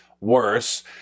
Worse